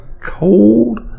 cold